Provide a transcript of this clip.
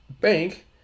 bank